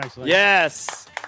Yes